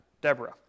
Deborah